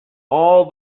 all